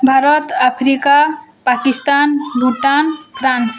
Bharat Africa Pakistan Bhutan France